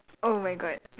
oh my god